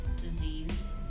disease